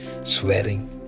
swearing